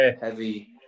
heavy